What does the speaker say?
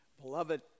Beloved